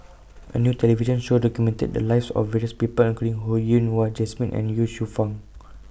A New television Show documented The Lives of various People including Ho Yen Wah Jesmine and Ye Shufang